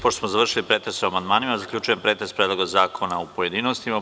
Pošto smo završili pretres o amandmanima, zaključujem pretres Predloga zakona u pojedinostima.